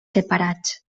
separats